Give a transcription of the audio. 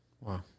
Wow